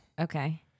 Okay